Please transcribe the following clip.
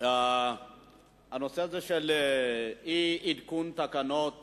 שהנושא הזה, של אי-עדכון תקנות